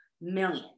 million